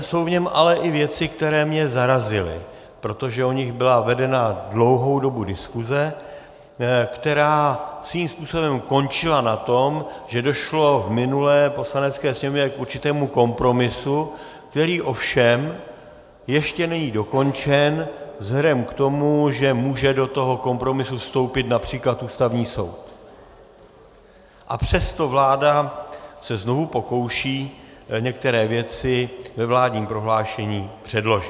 Jsou v něm ale i věci, které mě zarazily, protože o nich byla vedena dlouhou dobu diskuse, která svým způsobem končila na tom, že došlo v minulé Poslanecké sněmovně k určitému kompromisu, který ovšem ještě není dokončen vzhledem k tomu, že může do kompromisu vstoupit např. Ústavní soud, a přesto vláda se znovu pokouší některé věci ve vládním prohlášení předložit.